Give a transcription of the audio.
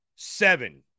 Seven